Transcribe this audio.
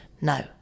No